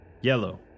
Yellow